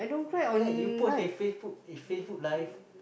ya you post in Facebook in Facebook Live